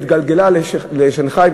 התגלגלה לשנגחאי,